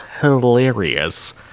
hilarious